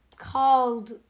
called